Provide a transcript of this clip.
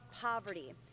poverty